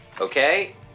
Okay